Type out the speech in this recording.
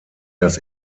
das